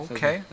Okay